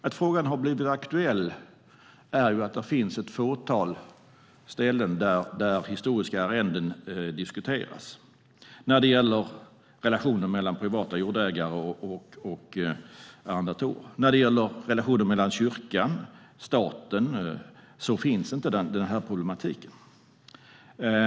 Att frågan har blivit aktuell beror på att det finns ett fåtal ställen där historiska arrenden diskuteras. Det handlar om relationen mellan privata jordägare och arrendatorer. När det gäller relationen mellan kyrkan och staten finns inte den problematiken.